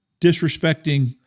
disrespecting